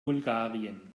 bulgarien